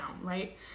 right